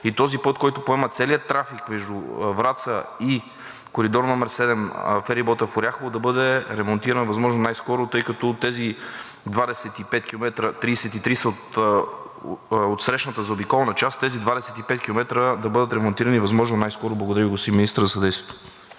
И този път, който поема целия трафик между Враца и коридор № 7 – ферибота в Оряхово, да бъде ремонтиран възможно най-скоро, тъй като 33 км са от отсрещната, заобиколна част, тези 25 км да бъдат ремонтирани възможно най-скоро. Благодаря Ви, господин Министър, за съдействието.